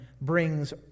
brings